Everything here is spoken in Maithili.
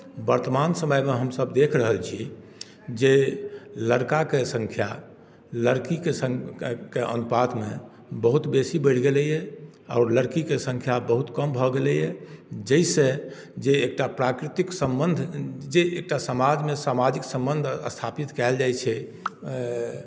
वर्तमान समयमे हमसभ देख रहल छी जे लड़काके सङ्ख्या लड़कीके सङ्ख्याके अनुपातमे बहुत बेसी बढ़ि गेलैए आओर लड़कीके सङ्ख्या बहुत कम भऽ गेलैए जाहिसँ जे एकटा प्राकृतिक सम्बन्ध जे एकटा समाजमे समाजिक सम्बन्ध स्थापित कयल जाइत छै